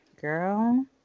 girl